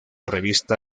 revista